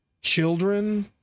children